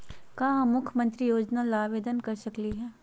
का हम मुख्यमंत्री योजना ला आवेदन कर सकली हई?